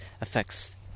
affects